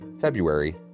February